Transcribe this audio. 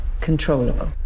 controllable